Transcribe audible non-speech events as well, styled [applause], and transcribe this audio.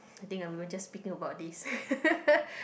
I think I we were just speaking about this [laughs]